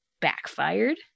backfired